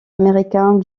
américains